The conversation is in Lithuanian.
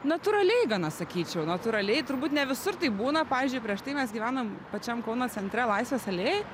natūraliai gana sakyčiau natūraliai turbūt ne visur taip būna pavyzdžiui prieš tai mes gyvenom pačiam kauno centre laisvės alėjoj